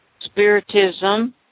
Spiritism